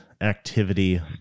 activity